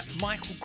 Michael